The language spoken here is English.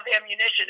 ammunition